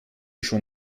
schon